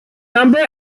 number